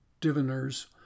diviners